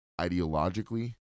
ideologically